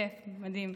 כיף, מדהים.